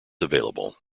available